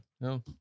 No